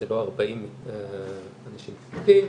זה לא 40 אנשים צפופים.